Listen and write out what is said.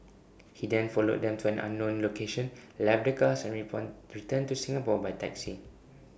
he then followed them to an unknown location left the cars and returned to Singapore by taxi